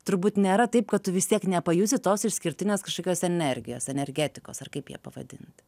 turbūt nėra taip kad tu vis tiek nepajusi tos išskirtinės kažkokios energijos energetikos ar kaip ją pavadint